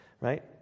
right